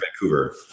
Vancouver